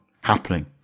happening